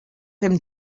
him